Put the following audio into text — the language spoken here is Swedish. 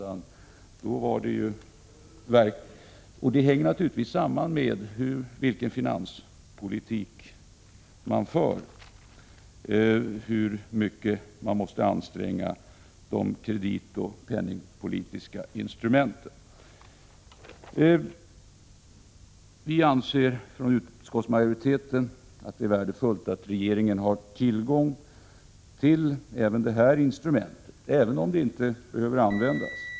Hur mycket man måste anstränga de kreditoch penningpolitiska instrumenten hänger naturligtvis samman med vilken finanspolitik man för. 33 Vi från utskottsmajoritetens sida anser att det är värdefullt att regeringen har tillgång till även detta instrument, även om det inte skulle behöva användas.